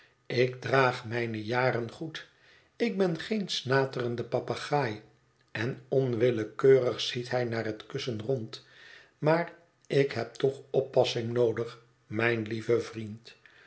ik draag mijne jaren goed ik ben geen snaterende papegaai en onwillekeurig ziet hij naar het kussen rond maar ik heb toch oppassing noodig mijn lieve vriend